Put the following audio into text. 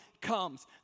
comes